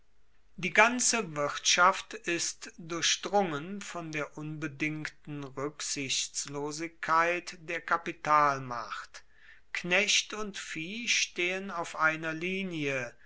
die ganze wirtschaft ist durchdrungen von der unbedingten ruecksichtslosigkeit der kapitalmacht knecht und vieh stehen auf einer linie